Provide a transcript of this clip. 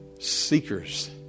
Seekers